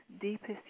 deepest